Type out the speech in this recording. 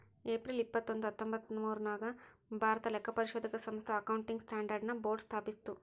April ಇಪ್ಪತ್ತೊಂದು ಹತ್ತೊಂಭತ್ತ್ನೂರಾಗ್ ಭಾರತಾ ಲೆಕ್ಕಪರಿಶೋಧಕ ಸಂಸ್ಥಾ ಅಕೌಂಟಿಂಗ್ ಸ್ಟ್ಯಾಂಡರ್ಡ್ ನ ಬೋರ್ಡ್ ಸ್ಥಾಪಿಸ್ತು